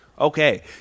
okay